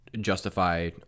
justify